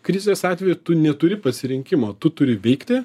krizės atveju tu neturi pasirinkimo tu turi veikti